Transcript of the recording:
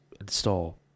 install